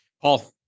Paul